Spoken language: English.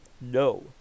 No